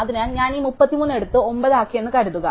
അതിനാൽ ഞാൻ ഈ 33 എടുത്ത് 9 ആക്കി എന്ന് കരുതുക